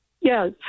Yes